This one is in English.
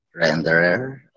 renderer